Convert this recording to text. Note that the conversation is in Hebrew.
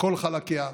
בכל חלקיה,